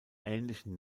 ähnlichen